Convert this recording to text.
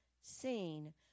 seen